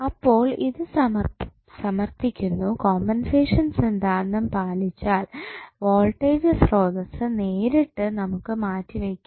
അപ്പോൾ ഇത് സമർത്ഥിക്കുന്നു കോമ്പൻസേഷൻ സിദ്ധാന്തം പാലിച്ചാൽ വോൾടേജ് സ്രോതസ്സ് നേരിട്ട് നമുക്ക് മാറ്റി വെയ്ക്കാം